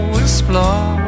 explore